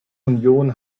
union